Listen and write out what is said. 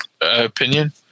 opinion